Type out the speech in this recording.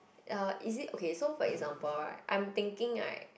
uh is it okay so for example right I'm thinking right